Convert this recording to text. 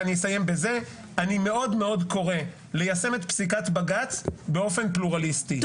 אני מאוד קורא ליישם את פסיקת בג"ץ באופן פלורליסטי.